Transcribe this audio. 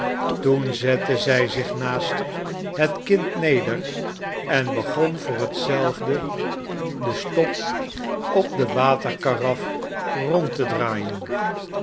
toen zette zij zich naast het kind neder en begon voor hetzelve de stop op de waterkaraf rond te draaien